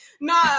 No